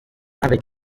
avec